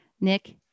Nick